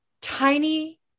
tiny